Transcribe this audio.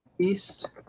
East